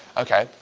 okay,